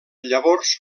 llavors